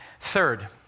Third